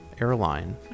airline